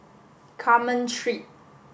Carmen Street